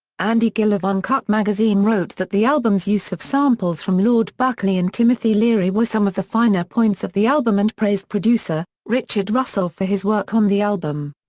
andy gill of uncut magazine wrote that the album's use of samples from lord buckley and timothy leary were some of the finer points of the album and praised producer, richard russell for his work on the album.